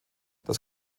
das